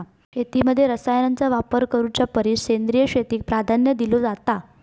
शेतीमध्ये रसायनांचा वापर करुच्या परिस सेंद्रिय शेतीक प्राधान्य दिलो जाता